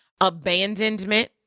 Abandonment